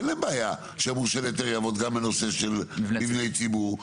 אין להם בעיה שהמורשה להיתר יעבוד גם על נושא של מבני ציבור,